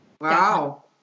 wow